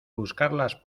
buscarlas